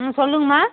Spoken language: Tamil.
ம் சொல்லுங்கம்மா